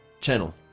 channel